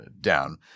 down